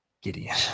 Gideon